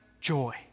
joy